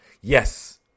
Yes